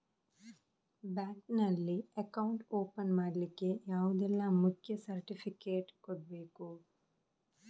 Bank ನಲ್ಲಿ account open ಮಾಡ್ಲಿಕ್ಕೆ ಯಾವುದೆಲ್ಲ ಮುಖ್ಯ ಸರ್ಟಿಫಿಕೇಟ್ ಕೊಡ್ಬೇಕು?